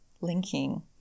linking